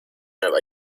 nueva